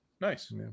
nice